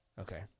Okay